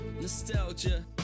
nostalgia